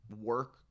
work